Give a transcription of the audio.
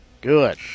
Good